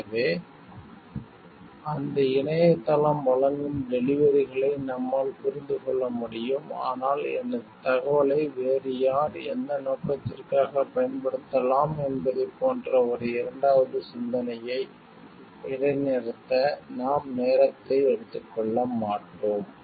எனவே அந்த இணையதளம் வழங்கும் டெலிவரிகளை நம்மால் புரிந்து கொள்ள முடியும் ஆனால் எனது தகவலை வேறு யார் எந்த நோக்கத்திற்காகப் பயன்படுத்தலாம் என்பதைப் போன்ற ஒரு இரண்டாவது சிந்தனையை இடைநிறுத்த நாம் நேரத்தை எடுத்துக்கொள்ள மாட்டோம்